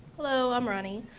hello, i'm rani.